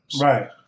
Right